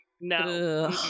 No